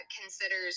considers